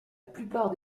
plupart